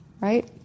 Right